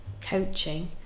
coaching